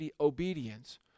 obedience